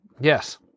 Yes